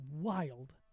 wild